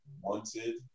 wanted